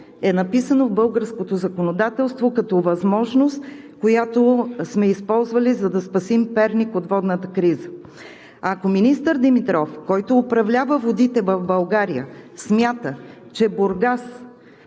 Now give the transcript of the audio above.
е написано в българското законодателство, като възможност, която сме използвали, за да спасим Перник от водната криза. Ако министър Димитров, който управлява водите в България смята, че Бургас